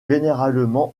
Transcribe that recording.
généralement